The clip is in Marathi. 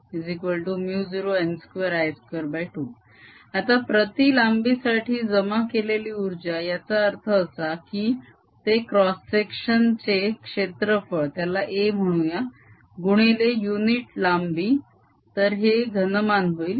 Energy density120B21200nI20n2I22 आता प्रती लांबी साठी जमा केलेली उर्जा याचा अर्थ असा की ते क्रॉस सेक्शन चे क्षेत्रफळ त्याला a म्हणूया गुणिले युनिट लांबी तर हे घनमान होईल